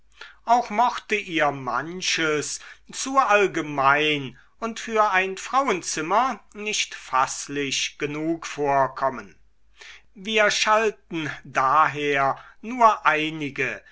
auch mochte ihr manches zu allgemein und für ein frauenzimmer nicht faßlich genug vorkommen wir schalten daher nur einige